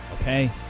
Okay